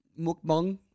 Mukbang